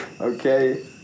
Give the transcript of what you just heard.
okay